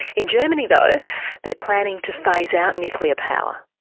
in germany though they're planning to phase out nuclear power.